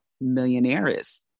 Millionaires